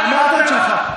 אמרת את שלך.